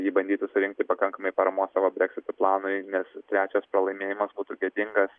ji bandytų surinkti pakankamai paramos savo breksito planui nes trečias pralaimėjimas būtų gėdingas